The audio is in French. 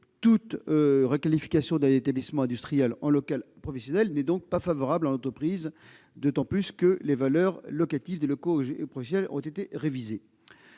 toute requalification d'un établissement industriel en local professionnel n'est pas favorable à l'entreprise, d'autant que les valeurs locatives des locaux professionnels ont été révisées.